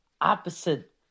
opposite